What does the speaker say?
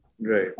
right